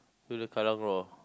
to the Kallang roar